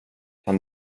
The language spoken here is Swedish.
kan